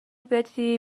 بدی